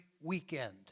weekend